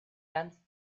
ganz